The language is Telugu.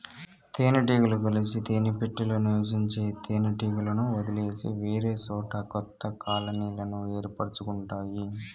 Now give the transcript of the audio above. తేనె టీగలు కలిసి తేనె పెట్టలో నివసించే తేనె టీగలను వదిలేసి వేరేసోట కొత్త కాలనీలను ఏర్పరుచుకుంటాయి